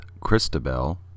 Christabel